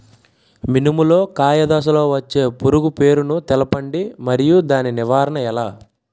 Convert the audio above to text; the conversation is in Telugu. మినుము లో కాయ దశలో వచ్చే పురుగు పేరును తెలపండి? మరియు దాని నివారణ ఎలా?